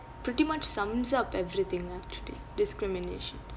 pretty much sums up everything ah today discrimination